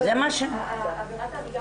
עבירת הריגה